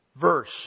verse